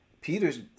Peter's